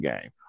game